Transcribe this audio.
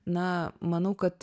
na manau kad